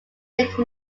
make